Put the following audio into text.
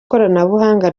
koranabuhanga